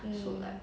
mm